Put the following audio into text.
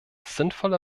sinnvolle